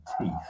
teeth